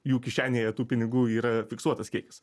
jų kišenėje tų pinigų yra fiksuotas kiekis